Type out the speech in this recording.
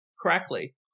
correctly